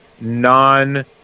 non